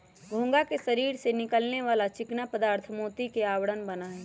घोंघा के शरीर से निकले वाला चिकना पदार्थ मोती के आवरण बना हई